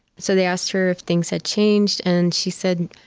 so they asked her if things had changed, and she said,